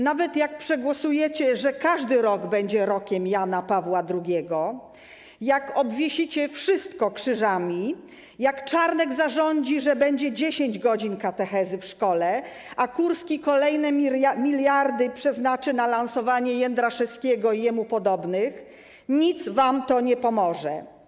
Nawet jak przegłosujecie, że każdy rok będzie rokiem Jana Pawła II, jak obwiesicie wszystko krzyżami, jak Czarnek zarządzi, że będzie 10 godzin katechezy w szkole, a Kurski kolejne miliardy przeznaczy na lansowanie Jędraszewskiego i jemu podobnych, nic wam to nie pomoże.